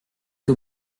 que